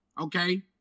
Okay